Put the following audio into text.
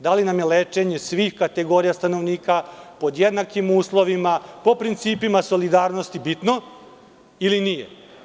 Da li nam je lečenje svih kategorija stanovnika pod jednakim uslovima po principima solidarnosti bitno, ili nije.